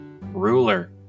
Ruler